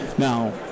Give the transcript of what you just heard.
now